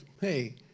hey